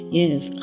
Yes